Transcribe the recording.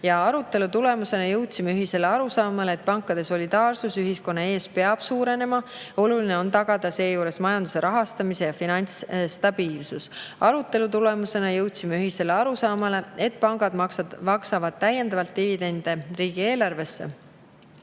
Ja arutelu tulemusena jõudsime ühisele arusaamale, et pankade solidaarsus ühiskonnaga peab suurenema. Oluline on tagada seejuures majanduse rahastamise ja finantsstabiilsus. Arutelu tulemusena jõudsime ühisele arusaamale, et pangad maksavad täiendavalt dividende riigieelarvesse.